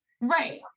right